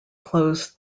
closed